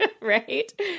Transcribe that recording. Right